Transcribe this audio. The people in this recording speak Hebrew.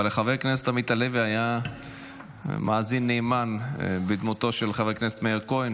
אבל לחבר הכנסת עמית הלוי היה מאזין נאמן בדמותו של חבר הכנסת מאיר כהן,